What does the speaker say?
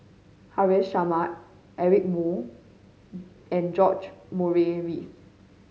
Haresh Sharma Eric Moo and George Murray Reith